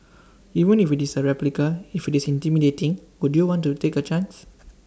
even if IT is A replica if IT is intimidating would you want to take A chance